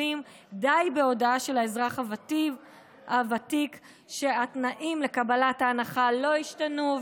די בהודעה של האזרח הוותיק שהתנאים לקבלת ההנחה לא השתנו,